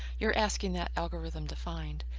you're asking that algorithm to find.